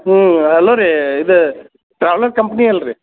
ಹ್ಞೂ ಹಲೋ ರೀ ಇದು ಟ್ರಾವೆಲ್ ಕಂಪ್ನಿ ಅಲ್ರಿ